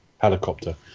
helicopter